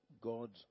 god